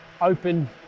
open